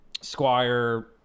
Squire –